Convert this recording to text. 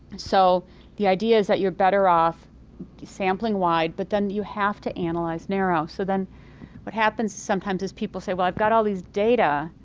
so the ideas that you're better off sampling wide but then you have to analyze narrow. so then what happens sometimes is people say, well, i've got all these data.